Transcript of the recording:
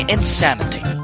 Insanity